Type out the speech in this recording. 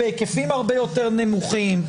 בהיקפים הרבה יותר נמוכים.